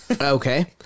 Okay